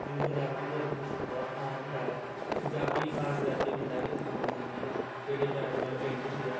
ਮੈਨੂੰ ਪੰਜਾਬੀ ਬੋਲਣ ਵਿੱਚ ਬਹੁਤ ਮਾਣ ਹੁੰਦਾ ਹੈ ਪੰਜਾਬੀ ਖ਼ਾਸ ਕਰਕੇ ਪਿੰਡਾਂ ਵਿੱਚ ਬੋਲੀ ਜਾਂਦੀ ਆ ਜਿਹੜੇ ਬੈਕਵਰਡ ਪਿੰਡ ਹੁੰਦੇ ਆ